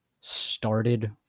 started